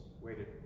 waited